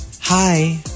hi